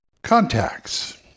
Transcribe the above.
contacts